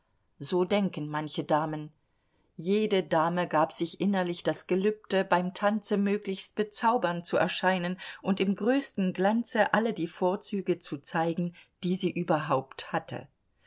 so denken manche damen jede dame gab sich innerlich das gelübde beim tanze möglichst bezaubernd zu erscheinen und im größten glanze alle die vorzüge zu zeigen die sie überhaupt hatte